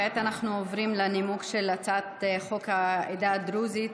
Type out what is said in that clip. כעת אנו עוברים להצעת חוק העדה הדרוזית,